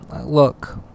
look